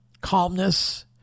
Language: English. calmness